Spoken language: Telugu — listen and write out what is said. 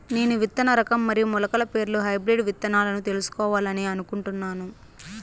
నేను విత్తన రకం మరియు మొలకల పేర్లు హైబ్రిడ్ విత్తనాలను తెలుసుకోవాలని అనుకుంటున్నాను?